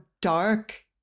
dark